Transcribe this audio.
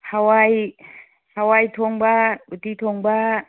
ꯍꯋꯥꯏ ꯍꯋꯥꯏ ꯊꯣꯡꯕ ꯎꯇꯤ ꯊꯣꯡꯕ